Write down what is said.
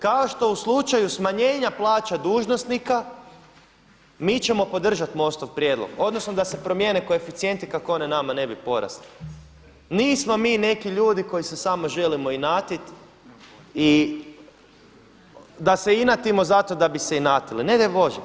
Kao što u slučaju smanjenja plaća dužnosnika mi ćemo podržati MOST-ov prijedlog odnosno da se promijene koeficijenti kako oni nama ne bi porasli, nismo mi neki ljudi koji se samo želimo inatiti i da se inatimo zato da bi se inatili, ne daj Bože.